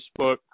Facebook